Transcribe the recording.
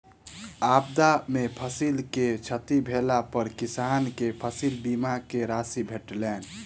आपदा में फसिल के क्षति भेला पर किसान के फसिल बीमा के राशि भेटलैन